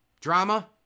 Drama